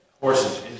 horses